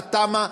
לתמ"א,